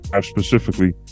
specifically